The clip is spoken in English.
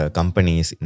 Companies